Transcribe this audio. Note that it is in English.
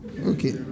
Okay